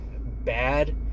bad